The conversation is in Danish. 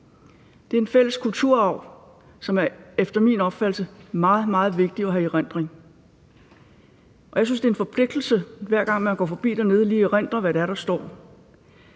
Det er en fælles kulturarv, som efter min opfattelse er meget, meget vigtig at have i erindring. Og jeg synes, det er en forpligtelse, hver gang man går forbi dernede, lige at erindre, hvad det er,